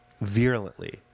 virulently